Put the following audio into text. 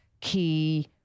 key